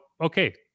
okay